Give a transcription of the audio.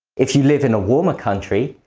if you live in a warmer country,